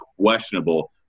questionable